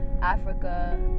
Africa